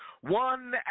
one